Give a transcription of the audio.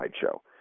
sideshow